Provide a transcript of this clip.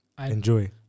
enjoy